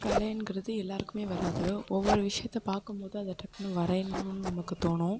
கலைன்ங்கிறது எல்லாருக்குமே வராது ஒவ்வொரு விஷியத்தை பார்க்கும் போது அதை டக்குன்னு வரையணும்ன்னு நமக்கு தோன்றும்